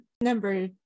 Number